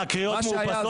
הקריאות מאופסות?